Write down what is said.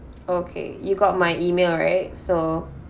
okay you got my email right so